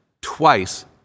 twice